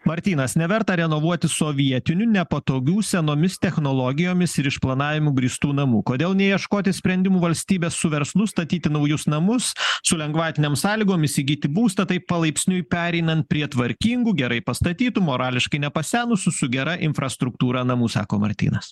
martynas neverta renovuoti sovietinių nepatogių senomis technologijomis ir išplanavimu grįstų namų kodėl neieškoti sprendimų valstybės su verslu statyti naujus namus su lengvatinėm sąlygom įsigyti būstą taip palaipsniui pereinant prie tvarkingų gerai pastatytų morališkai nepasenusių su gera infrastruktūra namų sako martynas